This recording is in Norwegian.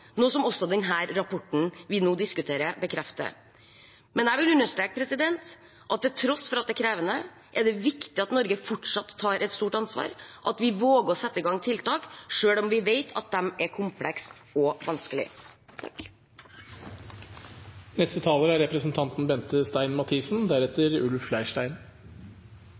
også den rapporten vi nå diskuterer, bekrefter. Men jeg vil understreke at til tross for at det er krevende, er det viktig at Norge fortsatt tar et stort ansvar, og at vi våger å sette i gang tiltak, selv om vi vet at de er komplekse og